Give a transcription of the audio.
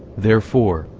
therefore,